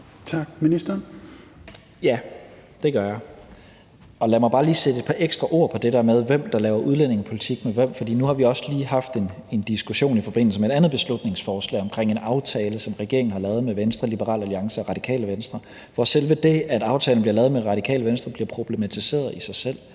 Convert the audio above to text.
Tesfaye): Ja, det gør jeg. Lad mig bare lige sætte et par ekstra ord på det der med, hvem der laver udlændingepolitik med hvem. Nu har vi også lige haft en diskussion i forbindelse med et andet beslutningsforslag om en aftale, som regeringen har lavet med Venstre, Liberal Alliance og Radikale Venstre, hvor selve det, at aftalen blev lavet med Radikale Venstre, blev problematiseret i sig selv.